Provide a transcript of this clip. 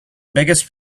biggest